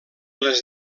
les